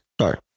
sorry